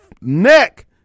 neck